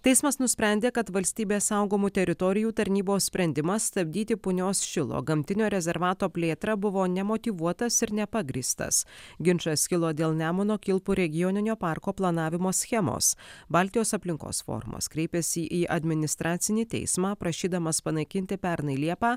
teismas nusprendė kad valstybės saugomų teritorijų tarnybos sprendimas stabdyti punios šilo gamtinio rezervato plėtrą buvo nemotyvuotas ir nepagrįstas ginčas kilo dėl nemuno kilpų regioninio parko planavimo schemos baltijos aplinkos forumas kreipėsi į administracinį teismą prašydamas panaikinti pernai liepą